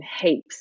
heaps